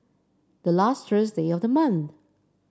the last Thursday of the month